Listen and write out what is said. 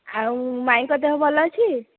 ଆଉ ମାଇଁଙ୍କ ଦେହ ଭଲ ଅଛି